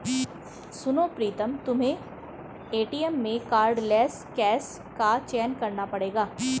सुनो प्रीतम तुम्हें एटीएम में कार्डलेस कैश का चयन करना पड़ेगा